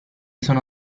sono